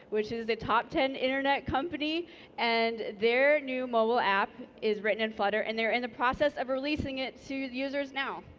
which is the top ten internet company sp and their new mobile app is written in flutter and they're in the process of releasing it to users now.